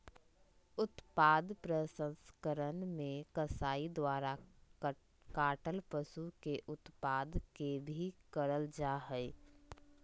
उत्पाद प्रसंस्करण मे कसाई द्वारा काटल पशु के उत्पाद के भी करल जा हई